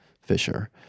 fisher